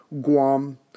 Guam